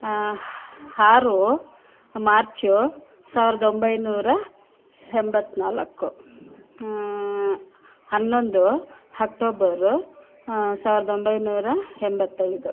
ಆರು ಮಾರ್ಚು ಸಾವಿರದ ಒಂಬೈನೂರ ಎಂಬತ್ತ್ನಾಲ್ಕು ಹನ್ನೊಂದು ಹಕ್ಟೋಬರು ಸಾವಿರದ ಒಂಬೈನೂರ ಎಂಬತ್ತೈದು